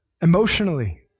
Emotionally